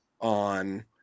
on